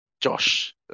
Josh